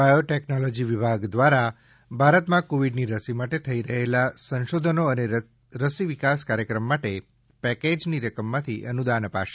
biotechnology વિભાગ દ્વારા ભારતમાં કોવીડની રસી માટે થઈ રહેલા સંશોધનો અને રસી વિકાસ કાર્યક્રમ માટે પેકેજની રકમમાંથી અનુદાન અપાશે